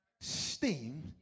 steam